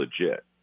legit